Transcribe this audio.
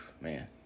Man